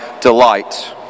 delight